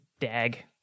dag